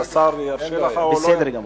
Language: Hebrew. אז השר יאפשר לך או לא, לפי, בסדר גמור.